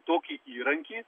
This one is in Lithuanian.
tokį įrankį